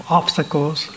obstacles